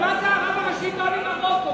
מה זה, הרב הראשי בא ממרוקו?